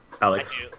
alex